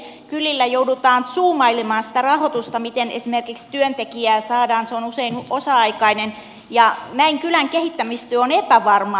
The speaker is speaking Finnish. kylillä joudutaan zoomailemaan sitä rahoitusta miten esimerkiksi työntekijä saadaan se on usein osa aikainen ja näin kylän kehittämistyö on epävarmaa